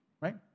right